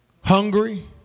Hungry